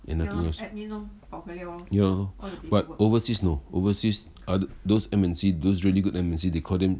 and nothing else ya lor but overseas no overseas are those M_N_C those really good M_N_C they call them